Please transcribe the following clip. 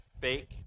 fake